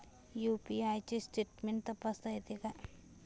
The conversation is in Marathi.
यु.पी.आय चे स्टेटमेंट तपासता येते का?